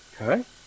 Okay